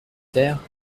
terre